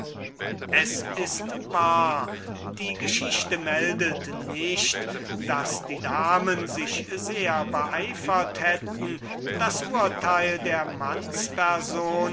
es ist wahr die geschichte meldet nicht daß die damen sich sehr beeifert hätten das urteil der